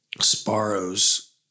Sparrows